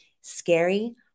scary